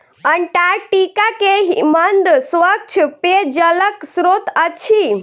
Antarctica के हिमनद स्वच्छ पेयजलक स्त्रोत अछि